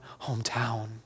hometown